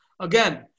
again